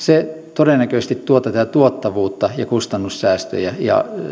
todennäköisesti tuo tuottavuutta ja kustannussäästöjä ja